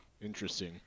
Interesting